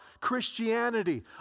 Christianity